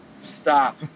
Stop